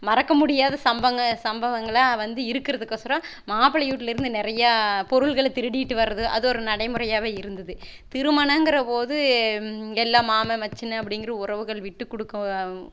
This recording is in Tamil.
மறக்க முடியாத சம்பவங்களை வந்து இருக்கிறது கோசறோம் மாப்ள வீட்லேந்து நிறைய பொருள்களை திருடிகிட்டு வரது அது ஒரு நடை முறையாகவே இருந்துது திருமணங்கறம்போது எல்லா மாமன் மச்சினன் அப்படிங்கற உறவுகள் விட்டு கொடுக்க